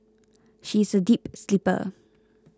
she is a deep sleeper